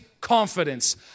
confidence